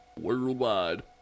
worldwide